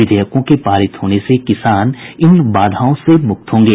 विधेयकों के पारित होने से किसान इन बाधाओं से मुक्त होंगे